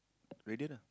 radio lah